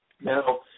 Now